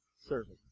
serving